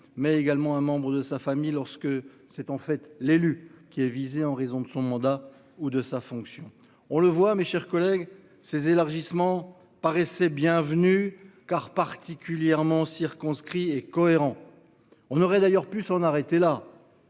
mais également un membre de sa famille lorsque c'est en fait l'élu qui est visé en raison de son mandat ou de sa fonction, on le voit, mes chers collègues, ces élargissements paraissait bienvenue car particulièrement circonscrit et cohérent, on aurait d'ailleurs pu s'en arrêter là,